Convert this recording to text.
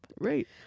Right